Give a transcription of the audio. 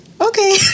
Okay